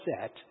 Set